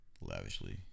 Lavishly